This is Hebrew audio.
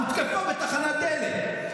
הותקפה בתחנת דלק.